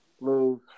lose